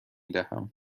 دهم